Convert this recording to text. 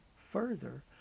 further